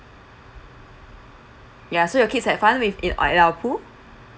ya so your kids had fun with in uh our pool